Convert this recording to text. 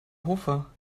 hofer